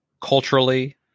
culturally